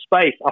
space